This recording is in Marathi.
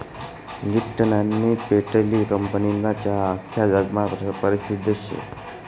लिप्टन आनी पेटली कंपनीना चहा आख्खा जगमा परसिद्ध शे